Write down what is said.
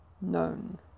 known